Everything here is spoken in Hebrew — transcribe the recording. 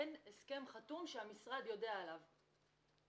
אין הסכם חתום שהמשרד יודע עליו.